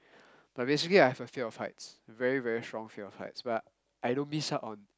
but basically I have a fear of height very very strong fear of heights but I don't miss out on